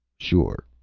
sure,